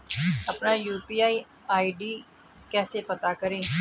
अपना UPI ID कैसे पता करें?